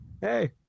hey